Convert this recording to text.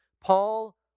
Paul